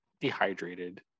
dehydrated